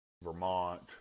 Vermont